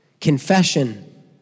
Confession